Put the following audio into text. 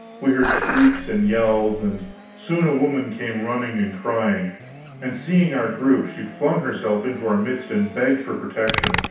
we heard shrieks and yells, and soon a woman came running and crying and seeing our group, she flung herself into our midst and begged for protection.